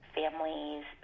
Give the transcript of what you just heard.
families